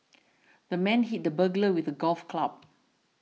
the man hit the burglar with a golf club